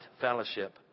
fellowship